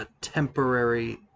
temporary